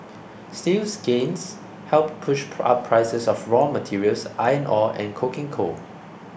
steel's gains helped push up prices of raw materials iron ore and coking coal